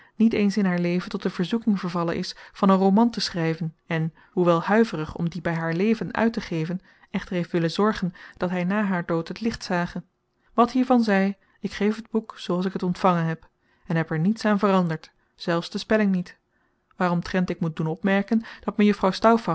niet eens in haar leven tot de verzoeking vervallen is van een roman te schrijven en hoewel huiverig om dien bij haar leven uit te geven echter heeft willen zorgen dat hij na haar dood het licht zage wat hiervan zij ik geef het boek zoo als ik het ontvangen heb en heb er niets aan veranderd zelfs de spelling niet waaromtrent ik moet doen opmerken dat mejuffrouw